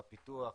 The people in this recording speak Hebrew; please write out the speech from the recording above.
הפיתוח,